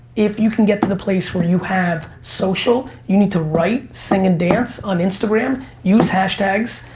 if you can get to the place where you have social, you need to write, sing and dance on instagram, use hashtags,